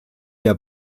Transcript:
der